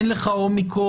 אין לך אומיקרון,